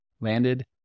landed